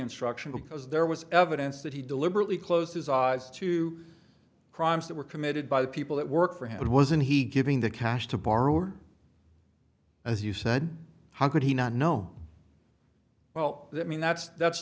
instruction because there was evidence that he deliberately closed his eyes to crimes that were committed by the people that work for him but wasn't he giving the cash to borrow or as you said how could he not no well i mean that's that's